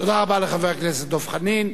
תודה רבה לחבר הכנסת דב חנין.